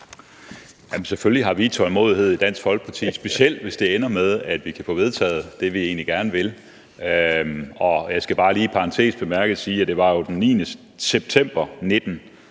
Selvfølgelig har vi tålmodighed i Dansk Folkeparti, specielt hvis det ender med, at vi kan få vedtaget det, vi egentlig gerne vil. Jeg skal bare lige sige, at det jo var den 9. september 2019,